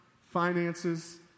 finances